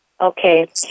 Okay